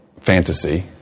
fantasy